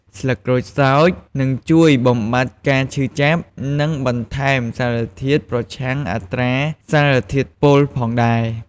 ស្លឹកក្រូចសើចនឹងជួយបំបាត់ការឈឺចាប់ និងបន្ថែមសារធាតុប្រឆាំងអត្រាសារធាតុពុលផងដែរ។